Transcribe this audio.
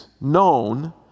known